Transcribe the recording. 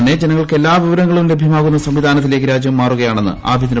തന്നെ ജനങ്ങൾക്ക് എല്ലാ വിവരങ്ങളും ലഭ്യമാകുന്ന സംവിധാനത്തിലേക്ക് രാജ്യം മാറുകയാണെന്ന് ആഭൃന്തരമന്ത്രി അമിത് ഷാ